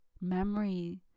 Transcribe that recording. memory